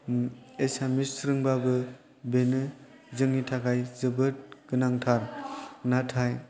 एसामिस रोंबाबो बेनो जोंनि थाखाय जोबोद गोनांथार नाथाय